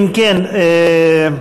אדוני.